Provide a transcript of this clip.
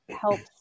helps